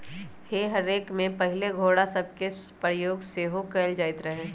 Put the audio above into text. हे रेक में पहिले घोरा सभके प्रयोग सेहो कएल जाइत रहै